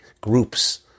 groups